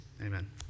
Amen